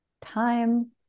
time